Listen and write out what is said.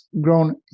grown